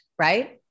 right